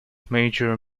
major